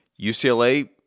UCLA